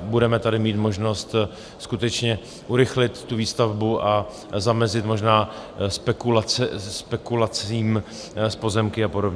budeme tady mít možnost skutečně urychlit výstavbu a zamezit možná spekulacím s pozemky a podobně.